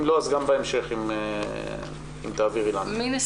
אם לא, תעבירי לנו בהמשך.